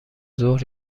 ظهر